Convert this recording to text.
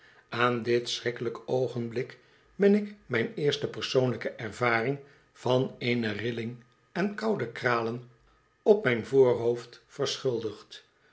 aan dit schrikkelijk oogenblik ben ik mijn eerste persoonlijke ervaring van eene rilling en koude kralen op mijn voorhoofd verschuldigd